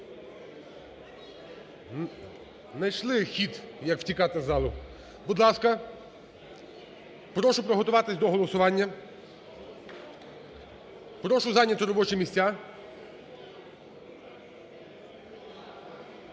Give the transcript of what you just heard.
Знайшли хід, як втікати з залу. Будь ласка, прошу приготуватись до голосування. Прошу зайняти робочі місця.